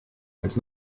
als